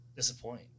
Disappoint